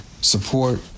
support